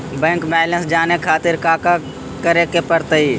Bank balance जाने खातिर काका करे पड़तई?